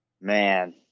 Man